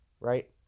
right